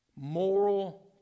Moral